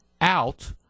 out